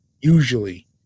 usually